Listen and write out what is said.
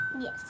Yes